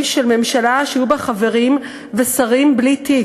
של ממשלה שהיו בה חברים ושרים בלי תיק.